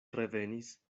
revenis